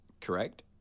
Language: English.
correct